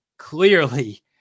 Clearly